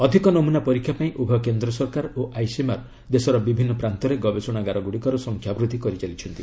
ଅଧିକ ନମୁନା ପରୀକ୍ଷା ପାଇଁ ଉଭୟ କେନ୍ଦ୍ର ସରକାର ଓ ଆଇସିଏମ୍ଆର୍ ଦେଶର ବିଭିନ୍ନ ପ୍ରାନ୍ତରେ ଗବେଷଣାଗାର ଗୁଡ଼ିକର ସଂଖ୍ୟା ବୃଦ୍ଧି କରିଚାଲିଛନ୍ତି